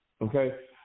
Okay